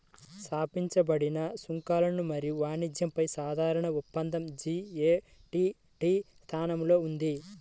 స్థాపించబడిన సుంకాలు మరియు వాణిజ్యంపై సాధారణ ఒప్పందం జి.ఎ.టి.టి స్థానంలో ఉంది